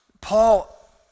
Paul